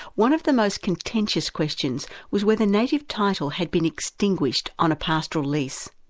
one of the most contentious questions was whether native title had been extinguished on a pastoral lease.